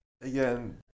again